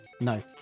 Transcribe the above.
No